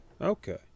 Okay